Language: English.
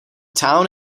town